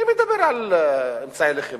מי מדבר על אמצעי לחימה?